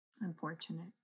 Unfortunate